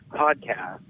podcast